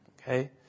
Okay